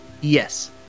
Yes